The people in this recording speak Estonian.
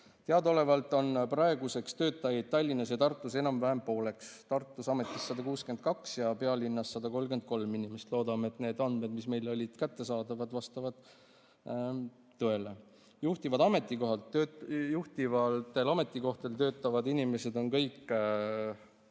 Teadaolevalt on praeguseks töötajaid Tallinnas ja Tartus enam-vähem pooleks: Tartus on ametis 162 ja pealinnas 133 inimest. Loodame, et need andmed, mis meile kättesaadavad olid, vastavad tõele. Juhtivatel ametikohtadel töötavad inimesed on kõik